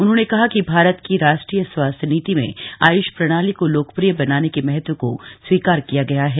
उन्होंने कहा कि भारत की राष्ट्रीय स्वास्थ्य नीति में आयुष प्रणाली को लोकप्रिय बनाने के महत्व को स्वीकार किया गया है